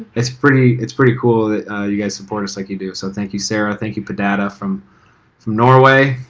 it's pretty it's pretty cool that you guys support us like you do. so thank you sarah. thank you pedada from from norway.